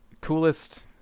coolest